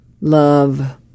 love